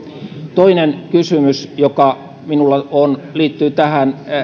toinen kysymys joka minulla on liittyy tähän